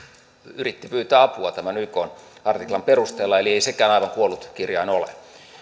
pyytää apua tämän ykn artiklan perusteella eli ei sekään aivan kuollut kirjain ole